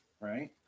right